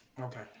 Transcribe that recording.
okay